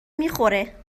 میخوره